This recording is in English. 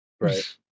Right